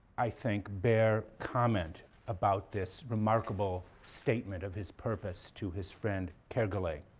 i think, bear comment about this remarkable statement of his purpose to his friend kergolay.